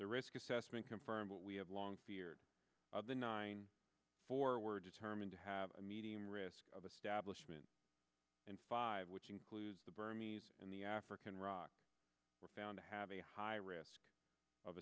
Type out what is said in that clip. the risk assessment confirmed what we have long feared the nine forward determined to have a medium risk of a stablish mn and five which includes the berm e s and the african rock were found to have a high risk of